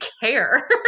care